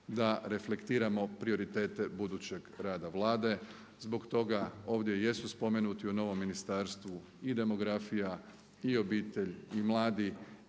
da reflektiramo prioritete budućeg rada Vlade. Zbog toga ovdje jesu spomenuti u novom ministarstvu i demografija i obitelj i mladi.